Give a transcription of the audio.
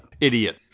Idiot